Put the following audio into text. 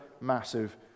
massive